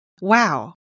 wow